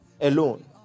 alone